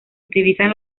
utilizan